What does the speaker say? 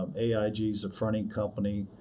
um aig's a fronting company.